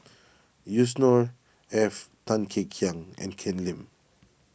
Yusnor Ef Tan Kek Hiang and Ken Lim